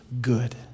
good